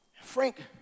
Frank